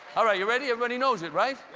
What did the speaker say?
all right you ready, everybody knows it right?